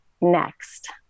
next